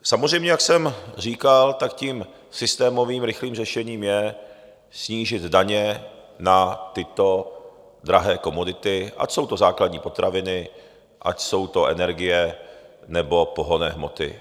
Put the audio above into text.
Samozřejmě, jak jsem říkal, tím systémovým, rychlým řešením je snížit daně na tyto drahé komodity, ať jsou to základní potraviny, ať jsou to energie nebo pohonné hmoty.